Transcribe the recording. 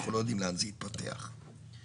יועבר לטובת השיפוי של הביטוח הלאומי.